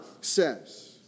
says